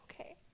Okay